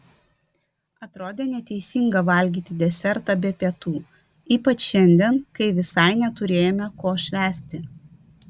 atrodė neteisinga valgyti desertą be pietų ypač šiandien kai visai neturėjome ko švęsti